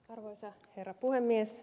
arvoisa herra puhemies